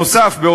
נוסף על כך,